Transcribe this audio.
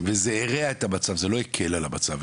וזה הרע את המצב זה לא הקל על המצב.